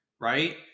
right